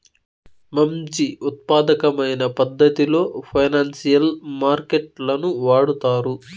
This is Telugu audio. మంచి ఉత్పాదకమైన పద్ధతిలో ఫైనాన్సియల్ మార్కెట్ లను వాడుతారు